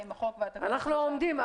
האם החוק --- אנחנו עומדים,